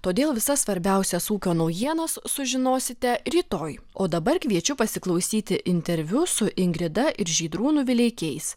todėl visas svarbiausias ūkio naujienas sužinosite rytoj o dabar kviečiu pasiklausyti interviu su ingrida ir žydrūnu vileikiais